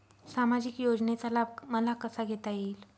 सामाजिक योजनेचा लाभ मला कसा घेता येईल?